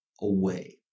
away